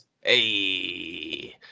Hey